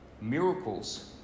Miracles